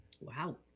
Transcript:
Wow